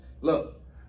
Look